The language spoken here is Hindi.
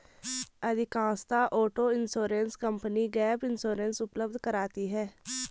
अधिकांशतः auto insurance company gap insurance उपलब्ध कराती है